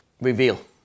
Reveal